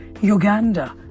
Uganda